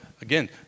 again